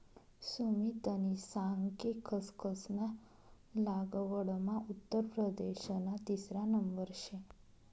सुमितनी सांग कि खसखस ना लागवडमा उत्तर प्रदेशना तिसरा नंबर शे